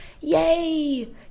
Yay